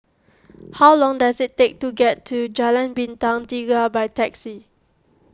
how long does it take to get to Jalan Bintang Tiga by taxi